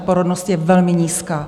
Porodnost je velmi nízká.